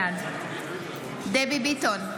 בעד דבי ביטון,